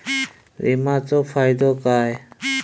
विमाचो फायदो काय?